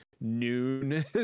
noon